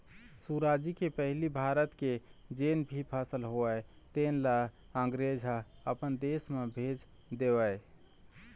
सुराजी के पहिली भारत के जेन भी फसल होवय तेन ल अंगरेज ह अपन देश म भेज देवय